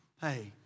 Hey